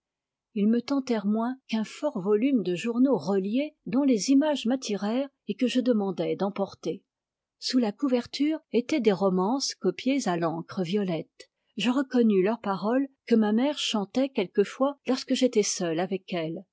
ils me tentèrent moins qu'un fort volume de journaux reliés dont les images m'attirèrent et que je demandai d'emporter sous la couverture étaient des romances copiées à l'encre violette je reconnus leurs paroles que ma mère chantait quelquefois lorsque j'étais seul avec elle